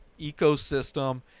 ecosystem